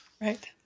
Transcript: right